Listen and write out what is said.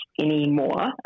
anymore